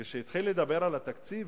כשהוא התחיל לדבר על התקציב